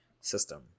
system